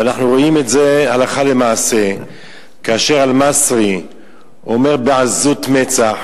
ואנחנו רואים את זה הלכה למעשה כאשר אל-מצרי אומר בעזות מצח,